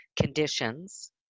conditions